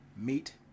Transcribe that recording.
Meet